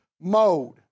mode